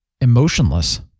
emotionless